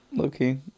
Okay